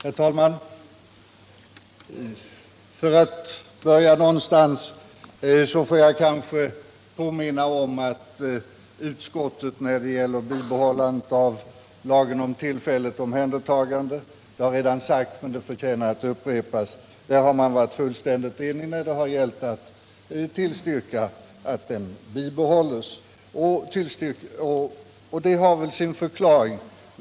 Herr talman! För att börja någonstans får jag kanske påminna om att utskottet när det gäller bibehållandet av lagen om tillfälligt omhändertagande — det har redan sagts men förtjänar att upprepas — varit fullständigt enigt. Utskottet tillstyrker att lagen bibehålls. Detta har väl sin förklaring.